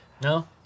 No